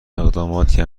اقداماتی